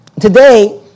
Today